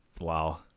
Wow